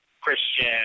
Christian